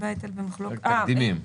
תקדימים.